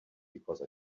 because